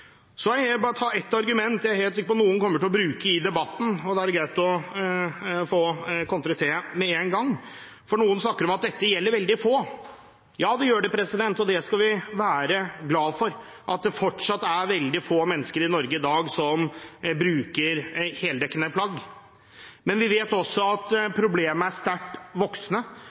Jeg vil bare nevne ett argument, som jeg er sikker på at noen kommer til å bruke i debatten, og da er det greit å få kontret det med én gang. Noen snakker om at dette gjelder veldig få. Ja, det gjør det, og det skal vi være glad for – at det fortsatt er veldig få mennesker i Norge i dag som bruker heldekkende plagg. Men vi vet også at